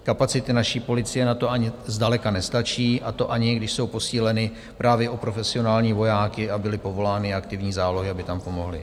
Kapacity naší policie na to ani zdaleka nestačí, a to ani když jsou posíleny právě o profesionální vojáky a byly povolány i aktivní zálohy, aby tam pomohly.